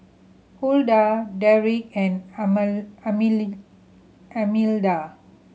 Hulda Derrick and Almeda